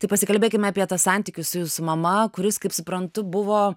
tai pasikalbėkime apie tą santykį su jūsų mama kuris kaip suprantu buvo